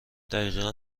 دقیقا